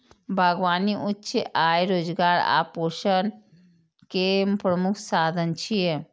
बागबानी उच्च आय, रोजगार आ पोषण के प्रमुख साधन छियै